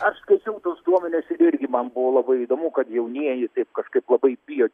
aš skaičiau tuos duomenis ir irgi man buvo labai įdomu kad jaunieji taip kažkaip labai bijo